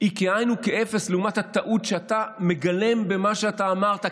היא כאין וכאפס לעומת הטעות שאתה מגלם במה שאתה אמרת,